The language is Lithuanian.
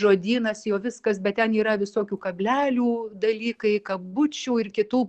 žodynas jo viskas bet ten yra visokių kablelių dalykai kabučių ir kitų